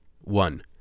One